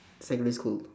secondary school